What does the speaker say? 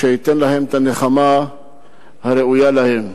שייתן להם את הנחמה הראויה להם.